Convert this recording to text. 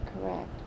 correct